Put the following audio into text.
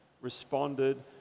responded